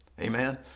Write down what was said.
amen